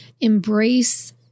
embrace